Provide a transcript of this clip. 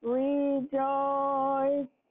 rejoice